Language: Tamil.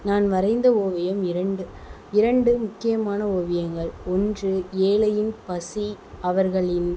நான் வரைந்த ஓவியம் இரண்டு இரண்டும் முக்கியமான ஓவியங்கள் ஒன்று ஏழையின் பசி அவர்களின்